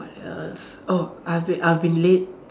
but err oh I've been I've been late